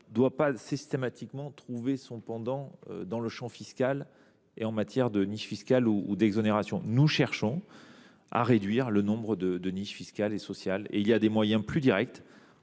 ne doit pas systématiquement trouver son pendant dans le champ fiscal, sous la forme d’une niche fiscale ou d’une exonération. Je rappelle que nous cherchons à réduire le nombre de niches fiscales et sociales ! Il y a des moyens plus directs